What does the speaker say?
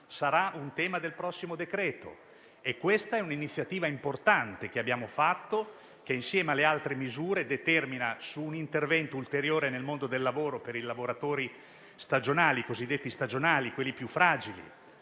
sarà un tema del prossimo provvedimento, ed è un'iniziativa importante che abbiamo intrapreso e che, insieme alle altre misure, determina un intervento ulteriore nel mondo del lavoro per i lavoratori cosiddetti stagionali, quelli più fragili.